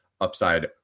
upside